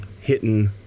hitting